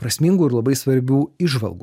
prasmingų ir labai svarbių įžvalgų